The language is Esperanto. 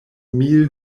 mil